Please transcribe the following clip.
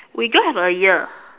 we don't have a year